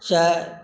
चाय